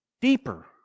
deeper